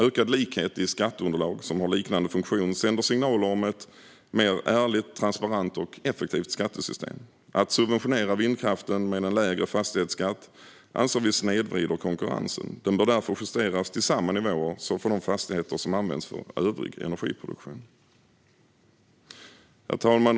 Ökad likhet i skatteunderlag som har liknande funktion sänder signaler om ett mer ärligt, transparent och effektivt skattesystem. Att subventionera vindkraften med en lägre fastighetsskatt anser vi snedvrider konkurrensen. Den bör därför justeras till samma nivåer som för de fastigheter som används för övrig energiproduktion. Herr talman!